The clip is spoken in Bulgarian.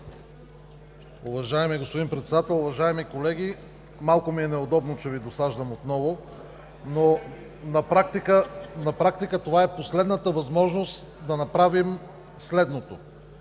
Уважаеми господин Председател, уважаеми колеги, малко ми е неудобно, че Ви досаждам отново (реплики от ГЕРБ), но на практика това е последната възможност да направим следното